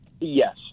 Yes